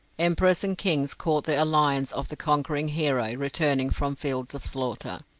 emperors and kings court the alliance of the conquering hero returning from fields of slaughter.